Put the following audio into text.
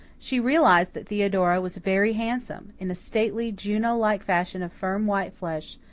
she realized that theodora was very handsome, in a stately, juno-like fashion of firm, white flesh,